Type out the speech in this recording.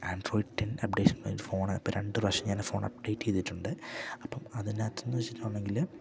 Android ten updation phone ഇപ്പ രെണ്ട് പ്രാശ്യം ഞാൻ ഫോൺ അപ്ഡേറ്റ് ചെയ്തിട്ടുണ്ട് അപ്പം അതിനകത്ത്ന്ന് വെച്ചിട്ടുണ്ടെങ്കില്